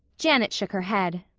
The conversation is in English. janet shook her head.